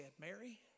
Mary